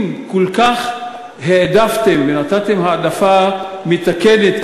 אם כל כך העדפתם ונתתם העדפה מתקנת,